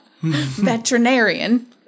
veterinarian